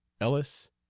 Ellis